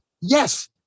Yes